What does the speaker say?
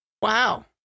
Wow